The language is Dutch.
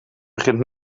begint